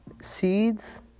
seeds